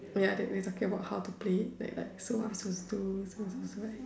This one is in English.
ya that we were talking about how to play like so what we suppose to do so so so right